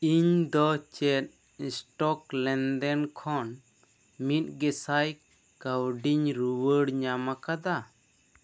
ᱤᱧ ᱫᱚ ᱪᱮᱫ ᱤᱥᱴᱚᱠ ᱞᱮᱱᱫᱮᱱ ᱠᱷᱚᱱ ᱢᱤᱫᱜᱮᱥᱟᱭ ᱠᱟᱹᱣᱰᱤᱧ ᱨᱩᱣᱟᱹᱲ ᱧᱟᱢᱟ ᱟᱠᱟᱫᱟ